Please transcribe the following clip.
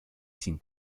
sin